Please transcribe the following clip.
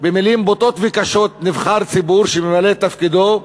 במילים בוטות וקשות נבחר ציבור שממלא את תפקידו.